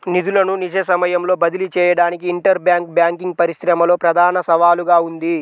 నిధులను నిజ సమయంలో బదిలీ చేయడానికి ఇంటర్ బ్యాంక్ బ్యాంకింగ్ పరిశ్రమలో ప్రధాన సవాలుగా ఉంది